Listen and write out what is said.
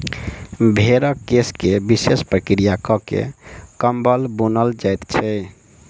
भेंड़क केश के विशेष प्रक्रिया क के कम्बल बुनल जाइत छै